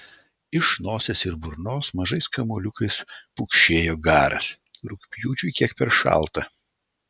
iš nosies ir burnos mažais kamuoliukais pukšėjo garas rugpjūčiui kiek per šalta